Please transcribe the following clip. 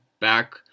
back